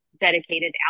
dedicated